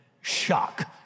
shock